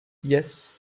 yes